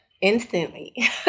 instantly